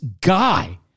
guy